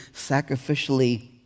sacrificially